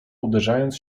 uderzając